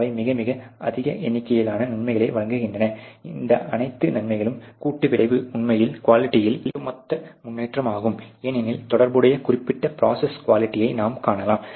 அவை மிக மிக அதிக எண்ணிக்கையிலான நன்மைகளை வழங்குகின்றன இந்த அனைத்து நன்மைகளின் கூட்டு விளைவு உண்மையில் குவாலிட்டியில் ஒட்டுமொத்த முன்னேற்றமாகும் ஏனெனில் தொடர்புடைய குறிப்பிட்ட ப்ரோசஸ் குவாலிட்டியை நாம் காணலாம்